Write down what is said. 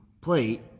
plate